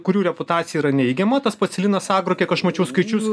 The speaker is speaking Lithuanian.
kurių reputacija yra neigiama tas pats linas agro kiek aš mačiau skaičius